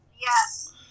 Yes